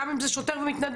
גם אם זה שוטר ומתנדב.